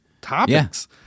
topics